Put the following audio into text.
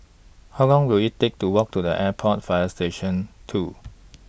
How Long Will IT Take to Walk to The Airport Fire Station two